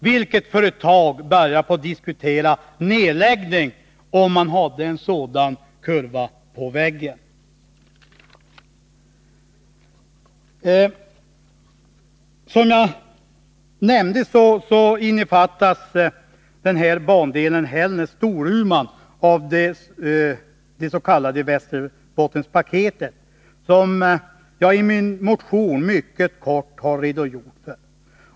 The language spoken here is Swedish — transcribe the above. Vilket företag skulle börja diskutera en nedläggning, om man hade en motsvarande kurva på väggen? Som jag förut nämnde innefattas bandelen Hällnäs-Storuman i det s.k. Västerbottenpaketet, vilket jag i min motion mycket kort har redogjort för.